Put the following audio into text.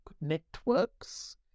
networks